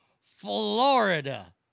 Florida